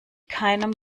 keinem